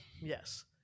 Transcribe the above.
Yes